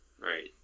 Right